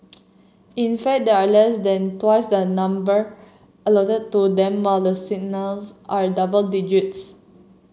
in fact they are less than twice the number allotted to them while the are double digits